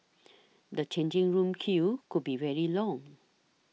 the changing room queues could be very long